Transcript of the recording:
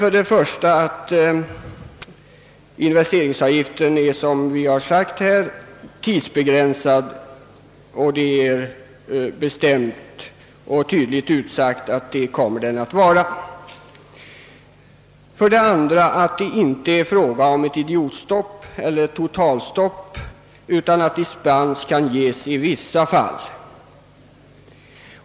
För det första är investeringsavgiften — såsom tidigare framhållits — tidsbegränsad. Detta står klart angivet. För det andra är det inte fråga om ett idiotstopp eller totalstopp, utan dispens skall kunna ges i vissa fall.